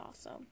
awesome